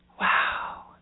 Wow